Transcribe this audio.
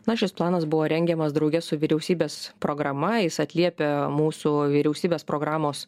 na šis planas buvo rengiamas drauge su vyriausybės programa jis atliepia mūsų vyriausybės programos